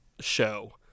show